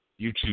YouTube